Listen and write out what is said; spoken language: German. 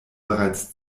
bereits